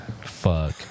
fuck